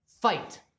fight